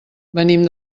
venim